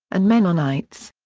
and mennonites.